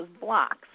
blocks